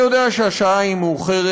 אני יודע שהשעה מאוחרת.